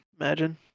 Imagine